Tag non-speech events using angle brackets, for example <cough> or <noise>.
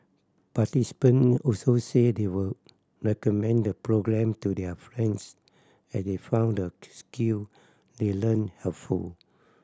participant also said they would recommend the programme to their friends as they found the <unintelligible> skill they learnt helpful